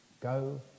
Go